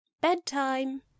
bedtime